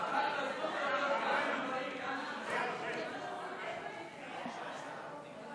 ההצעה להעביר את הצעת חוק חסימת גישה לקווי